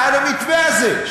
בעד המתווה הזה.